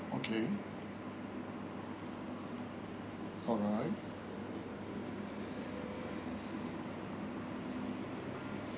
okay alright